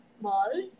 Mall